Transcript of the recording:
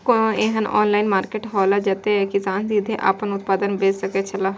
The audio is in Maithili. कोनो एहन ऑनलाइन मार्केट हौला जते किसान सीधे आपन उत्पाद बेच सकेत छला?